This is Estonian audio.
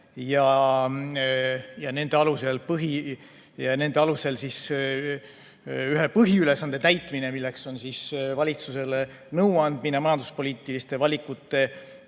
ja nende alusel ühe põhiülesande täitmine, milleks on valitsusele nõuandmine majanduspoliitiliste valikute tegemisel,